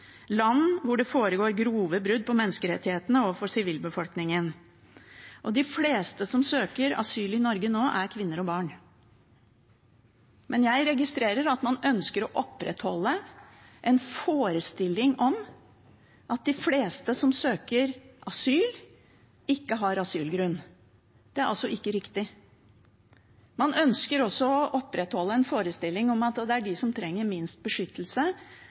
land hvor det foregår grove brudd på menneskerettighetene overfor sivilbefolkningen, og de fleste som søker, er kvinner og barn. Men jeg registrerer at man ønsker å opprettholde en forestilling om at de fleste som søker asyl, ikke har asylgrunn. Det er altså ikke riktig. Man ønsker å opprettholde en forestilling om at det er de som trenger minst beskyttelse,